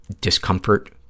discomfort